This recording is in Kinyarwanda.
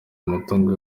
umutungo